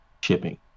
shipping